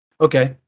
okay